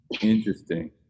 interesting